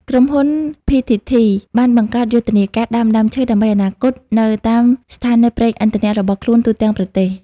ក្រុមហ៊ុន ភីធីធី (PTT ) បានបង្កើតយុទ្ធនាការ "ដាំដើមឈើដើម្បីអនាគត" នៅតាមស្ថានីយប្រេងឥន្ធនៈរបស់ខ្លួនទូទាំងប្រទេស។